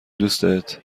دوستت